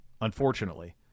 unfortunately